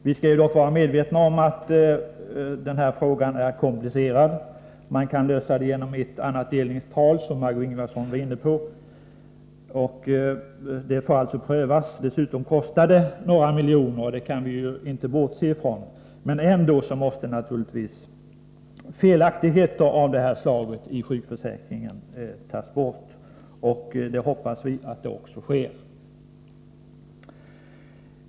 Vi skall dock vara medvetna om att denna fråga är komplicerad. Man kan lösa problemet genom att tillämpa ett annat delningstal, som Marg6é Ingvardsson var inne på. Det får alltså prövas. Dessutom kostar det några miljoner — det kan vi inte bortse ifrån. Men ändå måste naturligtvis felaktigheter av det här slaget i sjukförsäkringen tas bort. Vi hoppas att så också sker.